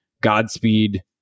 Godspeed